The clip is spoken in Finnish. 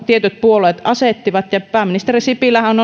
tietyt puolueet asettivat tälle tukensa ja pääministeri sipilähän